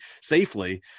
safely